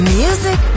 music